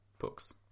books